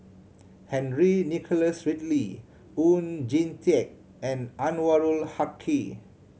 Henry Nicholas Ridley Oon Jin Teik and Anwarul Haque